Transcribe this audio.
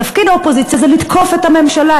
תפקיד האופוזיציה זה לתקוף את הממשלה,